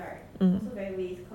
mm